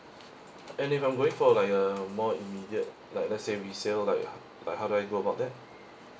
and if I'm going for like a more immediate like let's say resale like but how do I go about that